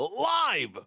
live